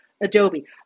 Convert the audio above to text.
Adobe